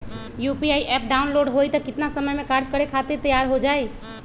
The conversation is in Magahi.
यू.पी.आई एप्प डाउनलोड होई त कितना समय मे कार्य करे खातीर तैयार हो जाई?